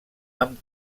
amb